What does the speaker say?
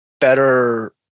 better –